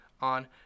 on